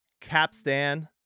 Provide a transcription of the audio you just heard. Capstan